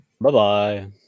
Bye-bye